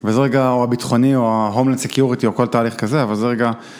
וזה רגע, או הביטחוני או ה-homeland security או כל תהליך כזה, אבל זה רגע.